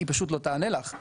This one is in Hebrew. היא פשוט לא תענה לך,